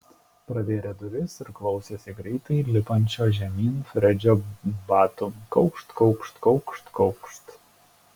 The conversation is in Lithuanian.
pravėrė duris ir klausėsi greitai lipančio žemyn fredžio batų kaukšt kaukšt kaukšt kaukšt